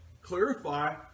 clarify